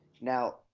Now